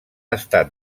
estat